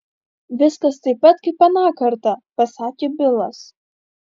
viskas taip pat kaip aną kartą pasakė bilas